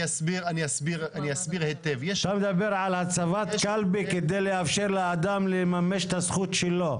אתה מדבר על הצבת קלפי כדי לאפשר לאדם לממש את הזכות שלו.